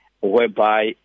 whereby